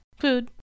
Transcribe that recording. Food